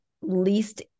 least